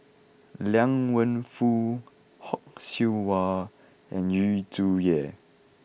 Liang Wenfu Fock Siew Wah and Yu Zhuye